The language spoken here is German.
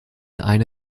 eine